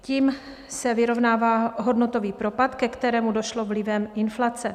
Tím se vyrovnává hodnotový propad, ke kterému došlo vlivem inflace.